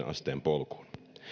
asteen polkuun